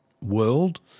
world